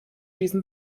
diesem